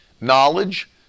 knowledge